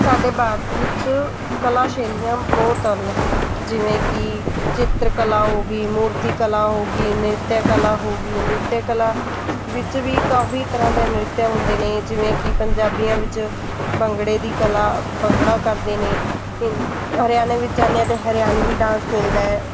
ਸਾਡੇ ਭਾਰਤ ਵਿੱਚ ਕਲਾ ਸ਼ੈਲੀਆਂ ਬਹੁਤ ਹਨ ਜਿਵੇਂ ਕਿ ਚਿੱਤਰ ਕਲਾ ਹੋ ਗਈ ਮੂਰਤੀ ਕਲਾ ਹੋ ਗਈ ਨ੍ਰਿੱਤਿਆ ਕਲਾ ਹੋ ਗਈ ਨ੍ਰਿੱਤਿਆ ਕਲਾ ਵਿੱਚ ਵੀ ਕਾਫੀ ਤਰ੍ਹਾਂ ਦੇ ਨ੍ਰਿੱਤਿਆ ਹੁੰਦੇ ਨੇ ਜਿਵੇਂ ਕਿ ਪੰਜਾਬੀਆਂ ਵਿੱਚ ਭੰਗੜੇ ਦੀ ਕਲਾ ਭੰਗੜਾ ਕਰਦੇ ਨੇ ਹਿੰ ਹਰਿਆਣੇ ਵਿੱਚ ਜਾਂਦੇ ਹਾਂ ਅਤੇ ਹਰਿਆਣਵੀ ਡਾਂਸ ਮਿਲਦਾ ਹੈ